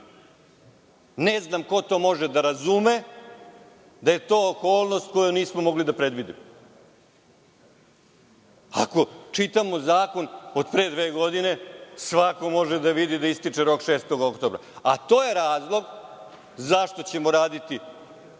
Ne znam ko to može da razume da je to okolnost koju nismo mogli da predvidimo. Ako čitamo zakon od pre dve godine, svako može da vidi da rok ističe 6. oktobra. To je razlog zašto ćemo raditi